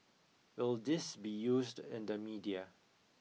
will this be used in the media